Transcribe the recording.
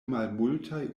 malmultaj